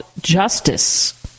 justice